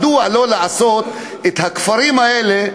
מדוע לא להכיר בכפרים האלה,